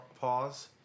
pause